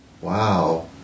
Wow